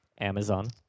Amazon